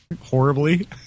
Horribly